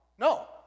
No